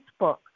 Facebook